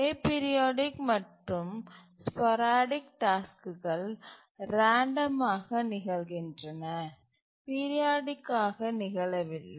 aperiodic மற்றும் sporadic டாஸ்க்குகள் random ஆக நிகழ்கின்றன பீரியாடிக் ஆக நிகழவில்லை